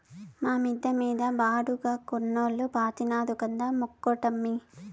మా మిద్ద మీద బాడుగకున్నోల్లు పాతినారు కంద మొక్కటమ్మీ